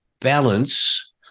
balance